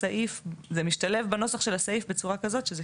זה משתלב בנוסח של הסעיף בצורה כזו שזה